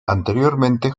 anteriormente